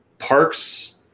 Parks